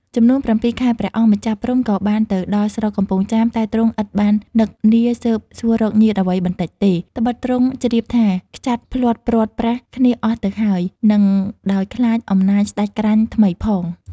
ចំនួន ៧ ខែ ព្រះអង្គម្ចាស់ព្រហ្មក៏បានទៅដល់ស្រុកកំពង់ចាមតែទ្រង់ឥតបាននឹកនាស៊ើបសួររកញាតិអ្វីបន្តិចទេ ដ្បិតទ្រង់ជ្រាបថាខ្ចាត់ភ្លាត់ព្រាត់ប្រាសគ្នាអស់ទៅហើយ នឹងដោយខ្លាចអំណាចស្ដេចក្រាញ់ថ្មីផង ។